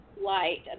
light